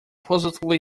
positively